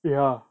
ya